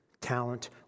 talent